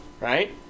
right